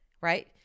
right